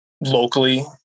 locally